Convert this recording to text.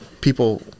people